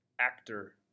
Actor